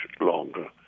longer